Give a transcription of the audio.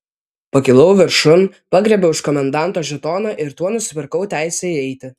pakilau viršun pagriebiau iš komendanto žetoną ir tuo nusipirkau teisę įeiti